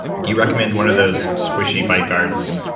do you recommend one of those squishy bite guards,